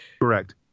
Correct